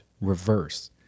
reverse